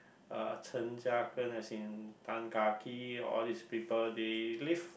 uh as in Tan-Kah-Kee or all these people they live